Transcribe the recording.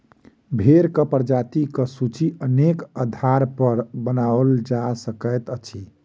भेंड़क प्रजातिक सूची अनेक आधारपर बनाओल जा सकैत अछि